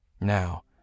Now